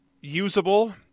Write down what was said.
usable